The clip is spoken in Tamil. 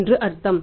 என்று அர்த்தம்